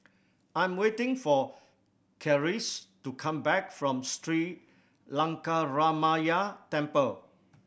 I'm waiting for Charisse to come back from Lankaramaya Temple